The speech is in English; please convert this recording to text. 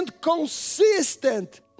consistent